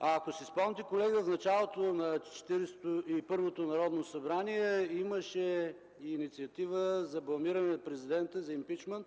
Ако си спомняте, колеги, в началото на Четиридесет и първото Народно събрание имаше инициатива за бламиране на президента, за импийчмънт,